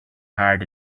hard